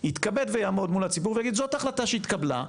יתכבד ויעמוד מול הציבור ויגיד: זאת החלטה שהתקבלה.